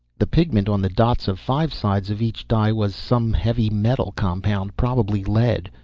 the pigment on the dots of five sides of each die was some heavy metal compound, probably lead.